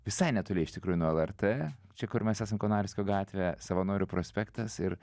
visai netoli iš tikrųjų nuo lrt čia kur mes esam konarskio gatvė savanorių prospektas ir